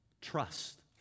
Trust